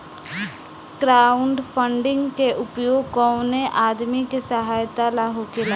crowdfunding के उपयोग कवनो आदमी के सहायता ला होखेला